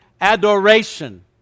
adoration